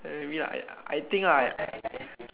maybe like I think like